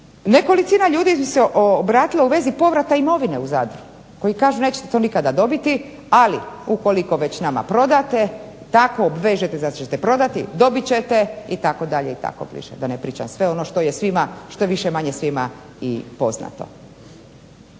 Nekolicina ljudi mi se obratila u vezi povrata imovine u Zadru koji kažu nećete to nikada dobiti, ali ukoliko već nama prodate, tako obvežete da ćete prodati dobit ćete i tako dalje i tako bliže da ne pričam sve ono što je svima, što je više-manje svima i poznato.